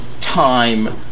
time